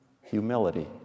humility